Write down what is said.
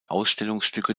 ausstellungsstücke